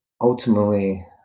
ultimately